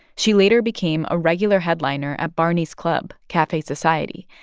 she later became a regular headliner at barney's club, cafe society,